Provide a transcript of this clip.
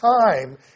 time